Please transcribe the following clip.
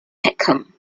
peckham